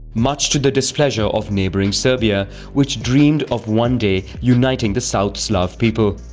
much to the displeasure of neighboring serbia which dreamed of one day uniting the south slav people.